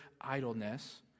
idleness